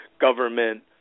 government